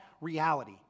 reality